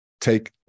take